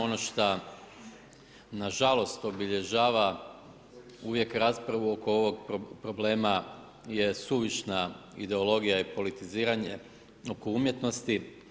Ono šta nažalost obilježava uvijek raspravu oko ovog problema je suvišna ideologija i politiziranje oko umjetnosti.